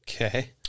Okay